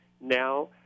Now